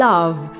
Love